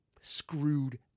screwed